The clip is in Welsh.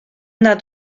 nad